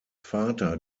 vater